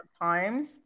times